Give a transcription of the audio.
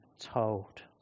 told